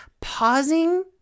pausing